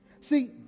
See